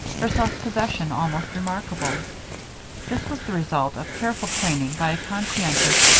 her self-possession almost remarkable this was the result of careful training by a conscientious,